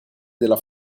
della